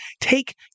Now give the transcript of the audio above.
take